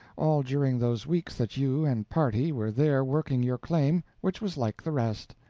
all during those weeks that you and party were there working your claim which was like the rest.